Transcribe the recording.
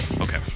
Okay